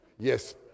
Yes